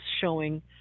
showing